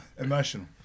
Emotional